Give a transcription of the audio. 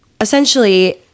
essentially